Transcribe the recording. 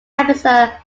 episode